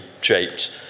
shaped